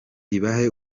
ibahe